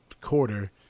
quarter